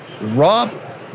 Rob